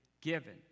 given